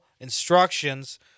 instructions